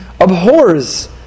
abhors